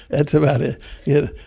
that's about it, yeah